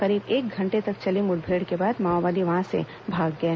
करीब एक घंटे तक चली मुठभेड़ के बाद माओवादी वहां से भाग गए